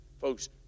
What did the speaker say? Folks